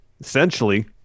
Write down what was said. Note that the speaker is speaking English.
essentially